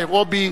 ניירובי,